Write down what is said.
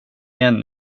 igen